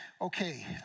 Okay